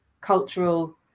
cultural